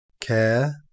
Care